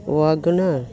Wagon R